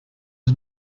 was